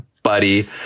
buddy